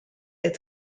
est